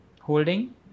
holding